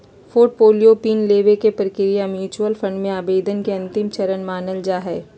portfolio pin लेबे के प्रक्रिया म्यूच्यूअल फंड मे आवेदन के अंतिम चरण मानल जा हय